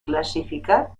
clasificar